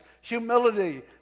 humility